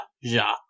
Ja